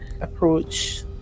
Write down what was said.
approach